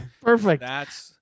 Perfect